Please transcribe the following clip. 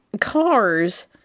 cars